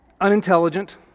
unintelligent